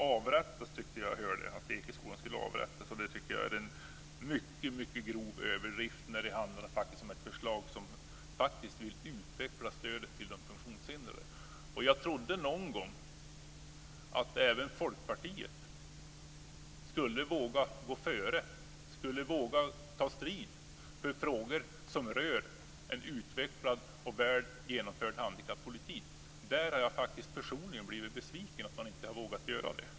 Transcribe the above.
Fru talman! Jag tyckte att jag hörde att Ekeskolan skulle avrättas. Det tycker jag är en mycket grov överdrift när det handlar om ett förslag som faktiskt vill utveckla stödet till de funktionshindrade. Jag trodde någon gång att även Folkpartiet skulle våga gå före, skulle våga ta strid för frågor som rör en utvecklad och väl genomförd handikappolitik. Jag har faktiskt personligen blivit besviken därför att man inte har vågat göra det.